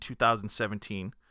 2017